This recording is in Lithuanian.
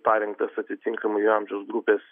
parengtas atitinkamai amžiaus grupės